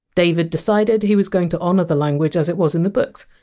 david decided he was going to honour the language as it was in the books,